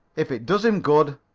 if it does him good,